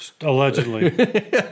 allegedly